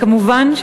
כמובן,